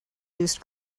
used